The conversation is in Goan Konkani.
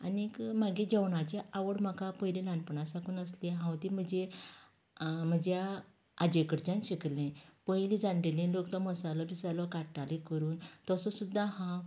आनीक म्हागे जेवणाची आवड म्हाका पयलीं ल्हानपणांसाकून आसली हांव ती म्हजी म्हज्या आजये कडच्यान शिकिल्ले पयलीं जाणटेली लोक तो मसालो बिसालो काडटाली करून तसो सुद्दां हांव